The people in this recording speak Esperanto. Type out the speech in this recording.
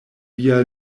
via